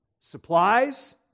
supplies